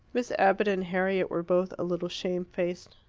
miss abbott and harriet were both a little shame-faced.